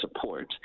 support